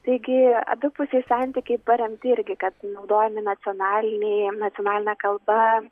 taigi abipusiai santykiai paremti irgi kad naudojami nacionaliniai nacionaline kalba